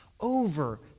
over